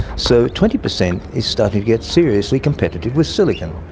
so twenty percent is starting to get seriously competitive with silicon.